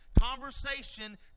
conversation